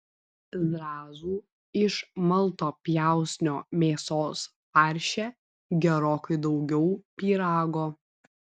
zrazų iš malto pjausnio mėsos farše gerokai daugiau pyrago